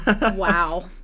Wow